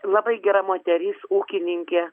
labai gera moteris ūkininkė